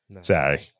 Sorry